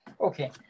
Okay